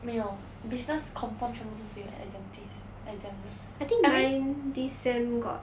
没有 business confirm 全部都是用 exam exam I mean